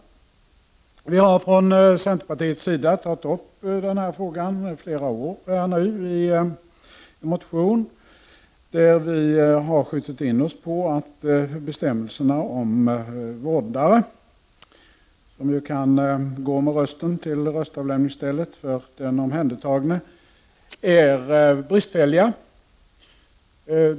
Centerpartiet har tagit upp denna fråga i flera år i motioner som skjutit in sig på att bestämmelserna om vårdare är bristfälliga. Vårdaren kan ju gå med den omhändertagnes röst till röstavlämningsstället.